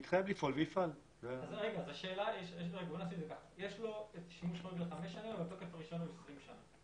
יש לו שימוש חורג לחמש שנים אבל תוקף הרישיון הוא ל-20 שנים.